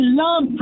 love